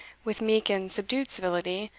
with meek and subdued civility,